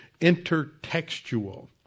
intertextual